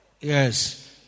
Yes